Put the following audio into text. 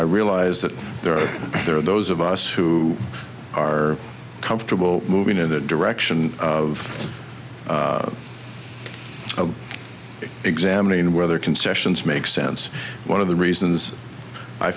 i realize that there are there are those of us who are comfortable moving in the direction of examining whether concessions makes sense one of the reasons i